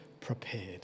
prepared